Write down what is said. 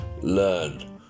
Learn